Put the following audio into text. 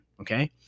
Okay